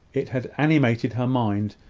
it had animated her mind,